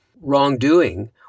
wrongdoing